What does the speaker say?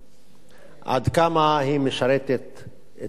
עד כמה היא משרתת את הציבור,